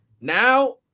now